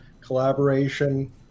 collaboration